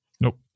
Nope